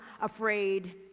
afraid